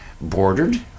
bordered